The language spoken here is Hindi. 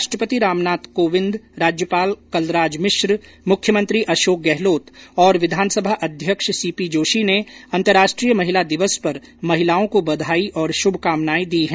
राष्ट्रपति रामनाथ कोविंद राज्यपाल कलराज मिश्र मुख्यमंत्री अशोक गहलोत और विधानसभा अध्यक्ष सीपी जोशी ने अंतर्राष्ट्रीय महिला दिवस पर महिलाओं को बधाई और श्भकामनायें दी है